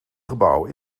gebouw